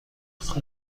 خوب